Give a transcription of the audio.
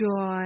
joy